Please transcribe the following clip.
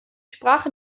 sprach